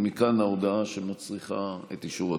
ומכאן ההודעה שמצריכה את אישור הכנסת.